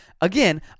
Again